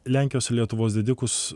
lenkijos ir lietuvos didikus